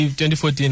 2014